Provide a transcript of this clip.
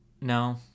No